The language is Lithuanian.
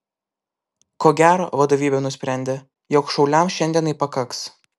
ko gero vadovybė nusprendė jog šauliams šiandienai pakaks